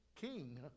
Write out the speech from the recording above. king